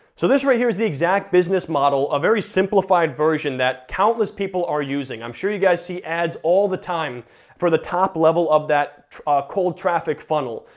so this right here is the exact business model, a very simplified version, that countless people are using. i'm sure you guys see ads all the time for the top level of that cold traffic funnel,